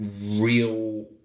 real